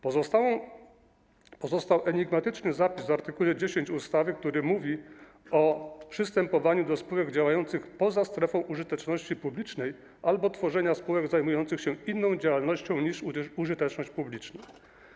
Pozostał enigmatyczny zapis w art. 10 ustawy, który mówi o przystępowaniu do spółek działających poza strefą użyteczności publicznej albo tworzeniu spółek zajmujących się inną działalnością niż użyteczność publiczna.